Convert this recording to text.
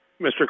Mr